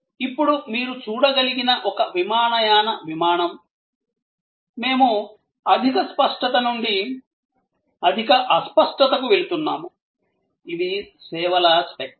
ఇప్పుడు మీరు చూడగలిగిన ఒక విమానయాన విమానం మేము అధిక స్పష్టత నుండి అధిక అస్పష్టతకు వెళ్తున్నాము ఇది సేవల స్పెక్ట్రం